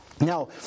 Now